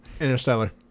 Interstellar